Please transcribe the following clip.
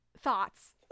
thoughts